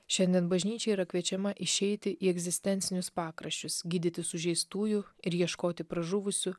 šiandien bažnyčia yra kviečiama išeiti į egzistencinius pakraščius gydyti sužeistųjų ir ieškoti pražuvusių